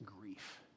grief